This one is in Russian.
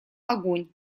огонь